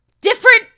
Different